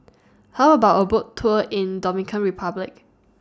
How about A Boat Tour in Dominican Republic